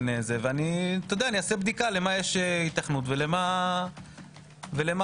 אני אעשה בדיקה למה יש היתכנות ולמה לא.